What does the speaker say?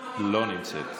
לא נמצאת.